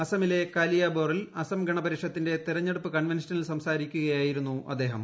അസമിലെ കാലിയബോറിൽ അസം ഗണപരിഷത്തിന്റെ തെരഞ്ഞെടുപ്പ് കൺവെൻഷനിൽ സംസാരിക്കുകയായിരുന്നു അദ്ദേഹം